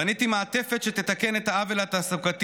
בניתי מעטפת שתתקן את העוול התעסוקתי